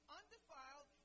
undefiled